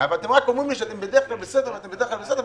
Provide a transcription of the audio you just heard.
אבל אתם אומרים לי שאתם בדרך כלל בסדר ואתם בדרך כלל בסדר,